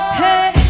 hey